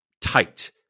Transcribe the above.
tight